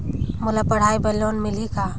मोला पढ़ाई बर लोन मिलही का?